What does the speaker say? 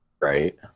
right